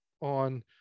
on